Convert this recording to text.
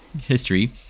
history